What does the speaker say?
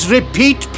Repeat